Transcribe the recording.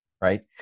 Right